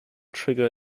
trigger